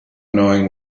knowing